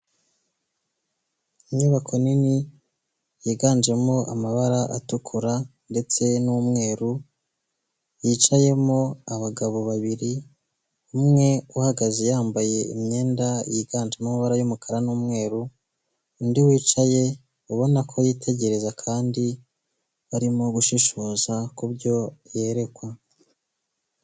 Inyubako nini yiganjemo amabara atukura ndetse n'umweru, yicayemo abagabo babiri. Umwe uhagaze yambaye imyenda yiganjemo amabara y'umukara n'umweru, undi wicaye ubona ko yitegereza kandi arimo gushishoza kubyo yerekwa.